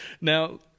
Now